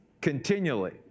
continually